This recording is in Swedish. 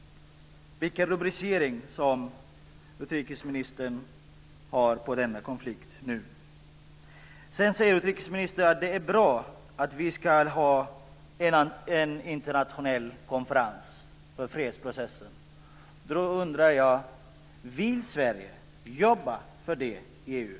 Vilken rubricering vill utrikesministern ge denna konflikt? Utrikesministern säger att det är bra att vi ska ha en internationell konferens för fredsprocessen. Då undrar jag: Vill Sverige jobba för det i EU?